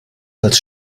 als